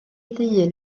ddyn